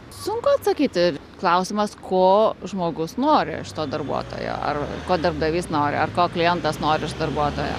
sunku atsakyti klausimas ko žmogus nori iš to darbuotojo ar ko darbdavys nori ar ko klientas nori iš darbuotojo